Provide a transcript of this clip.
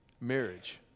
marriage